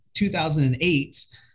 2008